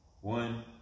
One